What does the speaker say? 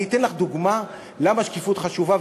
אני אתן לך דוגמה למה שקיפות חשובה,